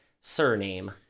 surname